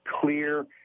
clear